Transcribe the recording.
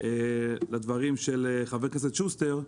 לדברים של חה"כ שוסטר.